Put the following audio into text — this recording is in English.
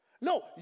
No